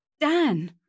Dan